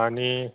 आणि